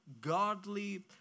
godly